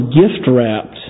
gift-wrapped